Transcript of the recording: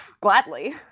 Gladly